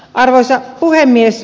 arvoisa puhemies